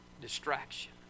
Distraction